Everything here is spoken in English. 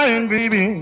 Baby